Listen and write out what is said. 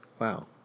Wow